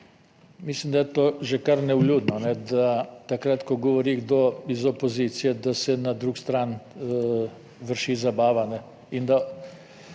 Mislim, da je to že kar nevljudno, da takrat, ko govori kdo iz opozicije, da se na drugi strani vrši zabava